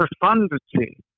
profundity